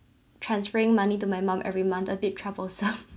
transferring money to my mum every month a bit troublesome